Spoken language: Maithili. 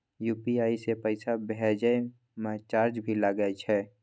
यु.पी.आई से पैसा भेजै म चार्ज भी लागे छै?